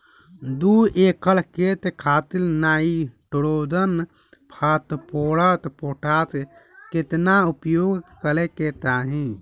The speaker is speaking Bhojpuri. दू एकड़ खेत खातिर नाइट्रोजन फास्फोरस पोटाश केतना उपयोग करे के चाहीं?